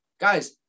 Guys